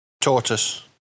Tortoise